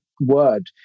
word